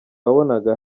wabonaga